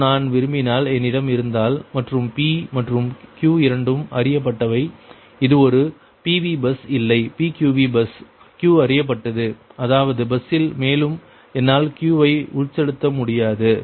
மற்றும் நான் விரும்பினால் என்னிடம் இருந்தால் மற்றும் P மற்றும் Q இரண்டும் அறியப்பட்டவை இது ஒரு PV பஸ் இல்லை PQV பஸ் Q அறியப்பட்டது அதாவது பஸ்ஸில் மேலும் என்னால் Q வை உட்செலுத்த முடியாது